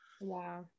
Wow